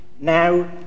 Now